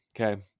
Okay